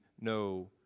no